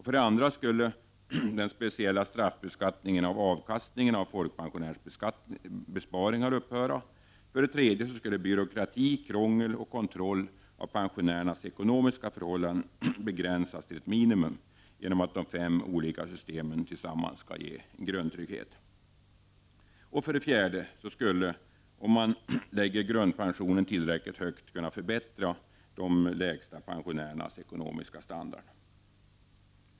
För det andra skulle den speciella straffbeskattningen av avkastningen av folkpensionärers besparingar upphöra. För det tredje skulle byråkrati, krångel och kontroll av pensionärernas ekonomiska förhållanden begränsas till ett minimum genom att de fem olika system som nu tillsammans skall ge en grundtrygghet ersätts av en enda grundpension. För det fjärde skulle man om man lägger grundpensionen tillräckligt högt kunna förbättra de lägsta pensionärernas ekonomiska standard.